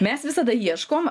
mes visada ieškom